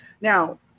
now